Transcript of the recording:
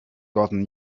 gotten